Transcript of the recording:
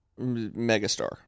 megastar